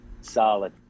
Solid